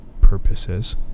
purposes